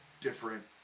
different